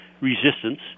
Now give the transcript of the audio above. resistance